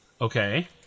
Okay